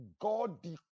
God